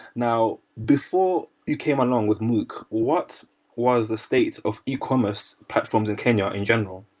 now, before you came along with mookh, what was the state of ecommerce platforms in kenya in general?